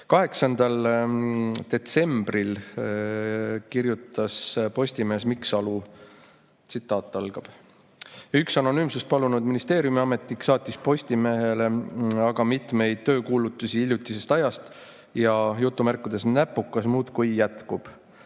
8. detsembril kirjutas Postimehes Mikk Salu (tsitaat algab): "Üks anonüümsust palunud ministeeriumiametnik saatis Postimehele aga mitmeid töökuulutusi hiljutisest ajast ja "näpukas" muudkui jätkub: